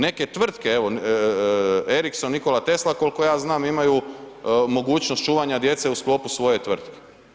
Neke tvrtke evo Ericsson Nikola Tesla koliko ja znam imaju mogućnost čuvanja djece u sklopu svoje tvrtke.